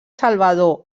salvador